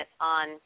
on